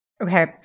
Okay